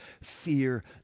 fear